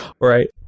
Right